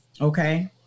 Okay